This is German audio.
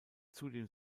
zudem